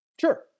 Sure